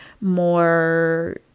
more